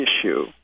issue